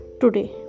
today